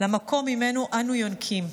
למקום שממנו אנו יונקים,